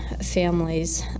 families